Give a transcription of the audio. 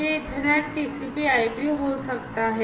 यह Ethernet TCP IP हो सकता है